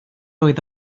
oedd